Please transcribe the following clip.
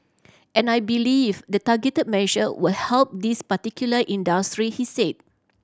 and I believe the targeted measure will help these particular industry he said